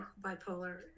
bipolar